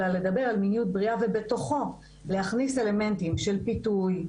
אלא לדבר על מיניות בריאה ובתוך כך להכניס אלמנטים של פיתוי,